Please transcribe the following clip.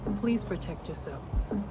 please protect yourselves.